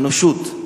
האנושות,